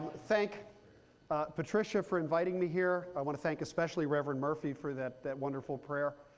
thank patricia for inviting me here. i want to thank especially reverend murphy for that that wonderful prayer,